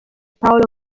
paolo